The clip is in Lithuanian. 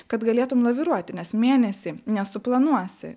kad galėtum laviruoti nes mėnesį nesuplanuosi